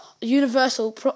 Universal